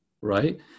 right